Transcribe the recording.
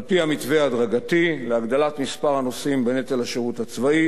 על-פי המתווה ההדרגתי להגדלת מספר הנושאים בנטל השירות הצבאי